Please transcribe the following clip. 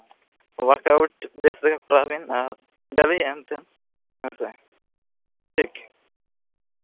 work out ᱵᱮᱥ ᱛᱮᱜᱮ ᱠᱚᱨᱟᱣ ᱵᱤᱱ ᱟᱨ ᱦᱮᱸ ᱥᱮ ᱴᱷᱤᱠ